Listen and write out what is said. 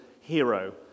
hero